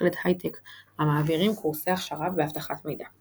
ומכללת היי-טק המעבירים קורסי הכשרה באבטחת מידע.